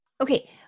Okay